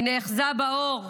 היא נאחזה באור,